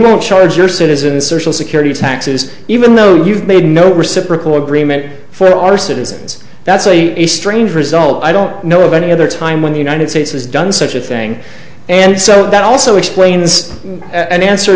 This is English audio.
won't charge your citizen a social security taxes even though you've made no reciprocal agreement for our citizens that's a strange result i don't know of any other time when the united states has done such a thing and so that also explains an answer